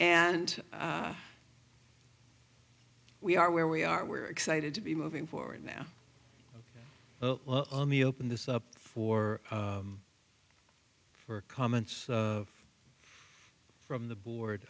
and we are where we are we're excited to be moving forward now open this up for for comments from the board